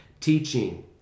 teaching